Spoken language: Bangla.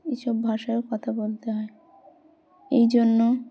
এইসব ভাষায়ও কথা বলতে হয় এই জন্য